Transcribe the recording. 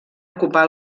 ocupar